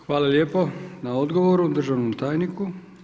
Hvala lijepa na odgovoru državnom tajniku.